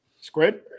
Squid